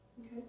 Okay